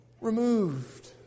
removed